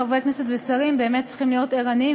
חברי כנסת ושרים באמת צריכים להיות ערניים,